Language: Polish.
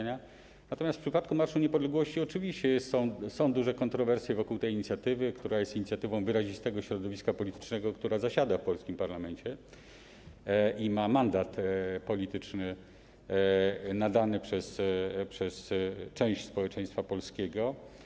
Natomiast w przypadku Marszu Niepodległości oczywiście są duże kontrowersje wokół tej inicjatywy, która jest inicjatywą wyrazistego środowiska politycznego, które zasiada w polskim parlamencie i ma mandat polityczny nadany przez część społeczeństwa polskiego.